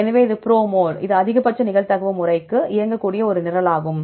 எனவே இது proml இது அதிகபட்ச நிகழ்தகவு முறைக்கு இயக்கக்கூடிய ஒரு நிரலாகும்